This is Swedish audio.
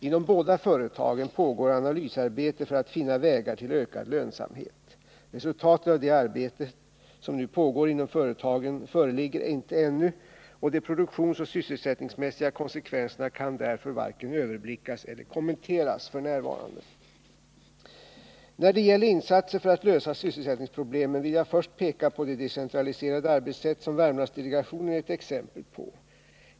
Inom båda företagen pågår analysarbete för att finna vägar till ökad lönsamhet. Resultatet av det arbete som nu pågår inom företagen föreligger inte ännu, och de produktionsoch sysselsättningsmässiga konsekvenserna kan därför varken överblickas eller kommenteras f.n. När det gäller insatser för att lösa sysselsättningsproblemen vill jag först peka på det decentraliserade arbetssätt som Värmlandsdelegationen är ett exempel på.